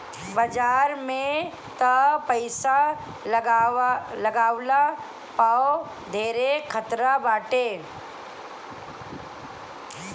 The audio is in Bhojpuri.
बाजार में तअ पईसा लगवला पअ धेरे खतरा बाटे